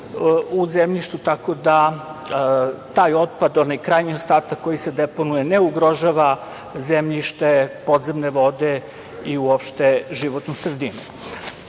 u zemljištu. Tako da taj otpad, onaj krajnji ostatak koji se deponuje ne ugrožava zemljište, podzemne vode, i uopšte životnu sredinu. To